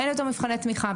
אין יותר מבחני תמיכה.